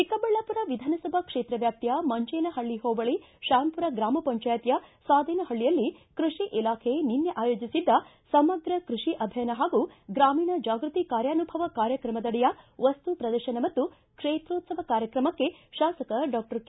ಚಿಕ್ಕಬಳ್ಯಾಮರ ವಿಧಾನಸಭಾ ಕ್ಷೇತ್ರ ವ್ವಾಪ್ತಿಯ ಮಂಚೇನಹಳ್ಳಿ ಹೋಬಳಿ ಶ್ವಾಂಮರ ಗ್ರಾಮಪಂಚಾಯಿತಿಯ ಸಾದೇನಹಳ್ಳಿಯಲ್ಲಿ ಕೃಷಿ ಇಲಾಖೆ ನಿನ್ನೆ ಆಯೋಜಿಸಿದ್ದ ಸಮಗ್ರ ಕೃಷಿ ಅಭಿಯಾನ ಹಾಗೂ ಗ್ರಾಮೀಣ ಜಾಗೃತಿ ಕಾರ್ಯಾನುಭವ ಕಾರ್ಯಕ್ರಮದಡಿಯ ವಸ್ತು ಪ್ರದರ್ಶನ ಮತ್ತು ಕ್ಷೇತ್ರೋಶ್ವವ ಕಾರ್ಯಕ್ರಮಕ್ಕೆ ಶಾಸಕ ಡಾಕ್ಷರ್ ಕೆ